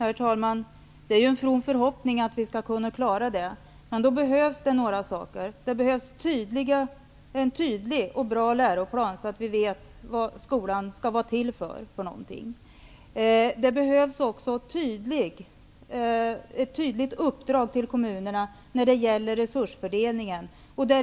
Herr talman! Det är ju en from förhoppning att vi skall klara det, men för det behövs några saker. Det behövs en tydlig och bra läroplan, så att vi vet vad skolan skall vara till för. Det behövs också ett tydligt uppdrag till kommunerna när det gäller resursfördelningen.